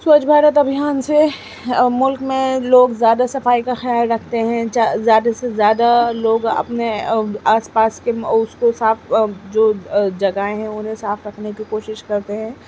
سوچھ بھارت ابھیان سے ملک میں لوگ زیادہ صفائی کا خیال رکھتے ہیں زیادہ سے زیادہ لوگ اپنے آس پاس کے اس کے ساتھ جو جگہیں ہیں انہیں صاف رکھنے کی کوشش کرتے ہیں